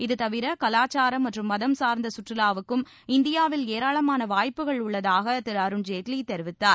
இதுதவிர கலாச்சாரம் மற்றும் மதம் சார்ந்த சுற்றுலாவுக்கும் இந்தியாவில் ஏராளமான வாய்ப்புகள் உள்ளதாக திரு அருண்ஜேட்லி தெரிவித்தார்